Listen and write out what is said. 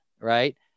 Right